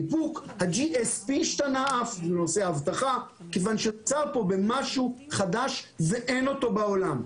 ה-GSP השתנה לנושא האבטחה כיוון שנוצר פה משהו חדש ואין אותו בעולם.